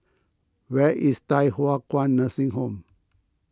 where is Thye Hua Kwan Nursing Home